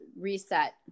reset